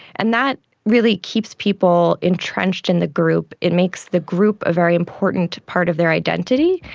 and that really keeps people entrenched in the group, it makes the group a very important part of their identity.